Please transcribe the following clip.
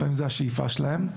לפעמים זוהי השאיפה שלהם.